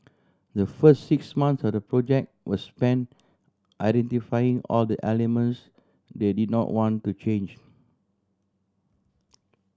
the first six months of the project were spent identifying all the elements they did not want to change